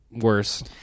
worse